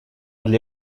для